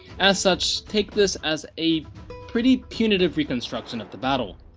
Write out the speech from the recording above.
as such, take this as a pretty punitive reconstruction of the battle.